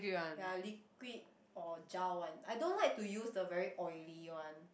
ya liquid or gel one I don't like to use the very oily one